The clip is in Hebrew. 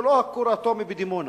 זה לא הכור האטומי בדימונה,